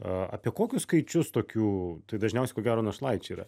apie kokius skaičius tokių tai dažniausiai ko gero našlaičiai yra